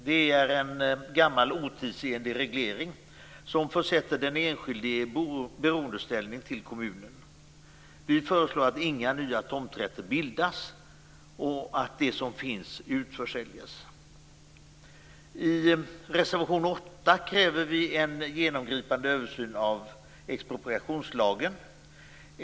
Det handlar om en gammal, otidsenlig reglering som försätter den enskilde i beroendeställning gentemot kommunerna. Vi föreslår att inga nya tomträtter bildas och att de som finns utförsäljs. I reservation 8 kräver vi en genomgripande översyn av expropriationslagen.